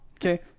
Okay